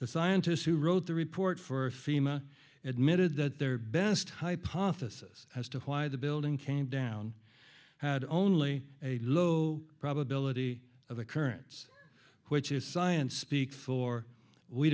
the scientists who wrote the report for fema admitted that their best hypothesis as to why the building came down had only a low probability of occurrence which is science speak for we